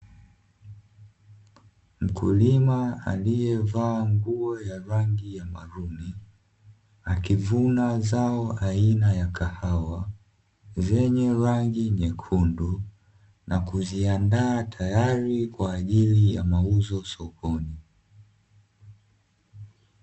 Mkulima aliye vaa nguo ya rangi ya maruni akivuna zao aina ya kahawa, zenye rangi nyekundu na kuziandaa tayari kwa ajili ya mauzo sokoni.